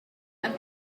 have